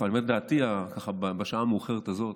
אני אומר את דעתי בשעה המאוחרת הזאת: